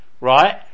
right